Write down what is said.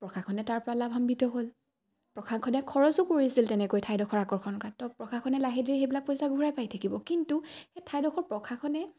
প্ৰশাসনে তাৰপৰা লাভান্বিত হ'ল প্ৰশাসনে খৰচো কৰিছিল তেনেকৈ ঠাইডোখৰ আকৰ্ষণ কৰা তো প্ৰশাসনে লাহে ধিৰে সেইবিলাক পইচা ঘূৰাই পাই থাকিব কিন্তু সেই ঠাইডোখৰ প্ৰশাসনে